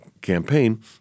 campaign